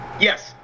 Yes